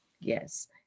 Yes